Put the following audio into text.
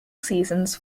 seasons